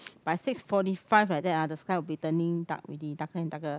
by six forty five like that ah the sky will be turning dark already darker and darker